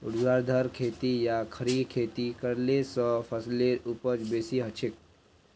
ऊर्ध्वाधर खेती या खड़ी खेती करले स फसलेर उपज बेसी हछेक